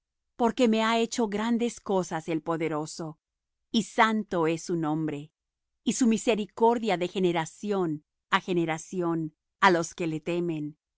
porque me ha hecho grandes cosas el poderoso y santo es su nombre y su misericordia de generación á generación a los que le temen